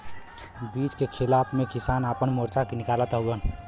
bill के खिलाफ़ में किसान आपन मोर्चा निकालत हउवन